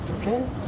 okay